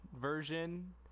version